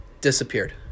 disappeared